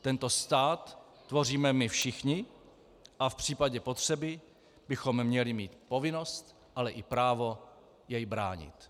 Tento stát tvoříme my všichni a v případě potřeby bychom měli mít povinnost, ale i právo jej bránit.